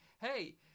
hey